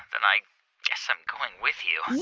then i guess i'm going with you